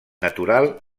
natural